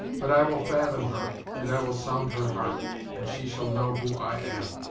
but i will fathom her and i will sound her heart and she shall know who i am.